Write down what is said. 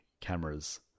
cameras